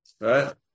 Right